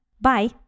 Bye